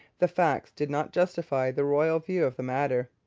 the facts did not justify the royal view of the matter.